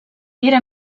era